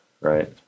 right